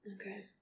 Okay